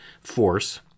force